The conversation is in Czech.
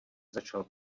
začal